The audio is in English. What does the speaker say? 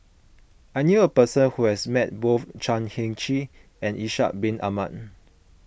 I knew a person who has met both Chan Heng Chee and Ishak Bin Ahmad